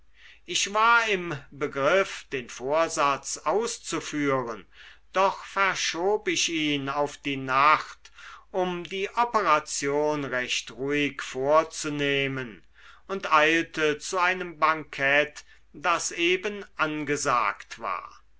ich war im begriff den vorsatz auszuführen doch verschob ich ihn auf die nacht um die operation recht ruhig vorzunehmen und eilte zu einem bankett das eben angesagt war